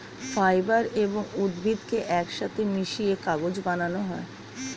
fibre এবং উদ্ভিদকে একসাথে মিশিয়ে কাগজ বানানো হয়